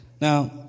Now